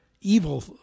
evil